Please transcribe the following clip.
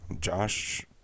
Josh